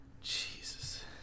Jesus